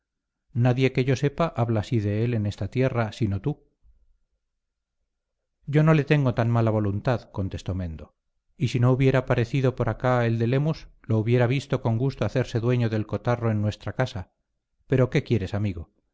nadie que yo sepa habla así de él en esta tierra sino tú yo no le tengo tan mala voluntad contestó mendo y si no hubiera parecido por acá el de lemus lo hubiera visto con gusto hacerse dueño del cotarro en nuestra casa pero qué quieres amigo